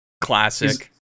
classic